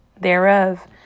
thereof